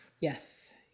Yes